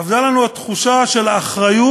אבדה לנו התחושה של האחריות